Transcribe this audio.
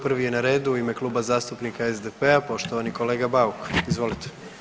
Prvi je na redu u ime Kluba zastupnika SDP-a poštovani kolega Bauk, izvolite.